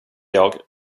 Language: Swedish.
jag